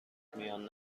میان